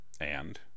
And